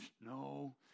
no